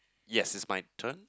yes it's my turn